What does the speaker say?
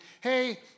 hey